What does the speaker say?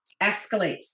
escalates